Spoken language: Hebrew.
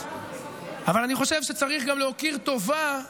אבל אני חושב שצריך גם להכיר טובה,